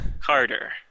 Carter